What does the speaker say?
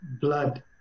blood